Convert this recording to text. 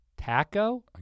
Taco